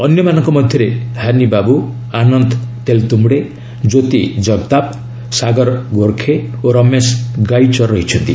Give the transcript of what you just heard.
ଅନ୍ୟମାନଙ୍କ ମଧ୍ୟରେ ହାନି ବାବ୍ର ଆନନ୍ଦ ତେଲ୍ତ୍ରମ୍ଘଡେ କ୍ୟୋତି ଜଗତାପ୍ ସାଗର ଗୋର୍ଖେ ଓ ରମେଶ ଗାଇଚର୍ ରହିଛନ୍ତି